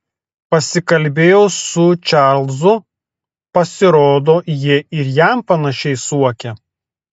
pasikalbėjau su čarlzu pasirodo jie ir jam panašiai suokia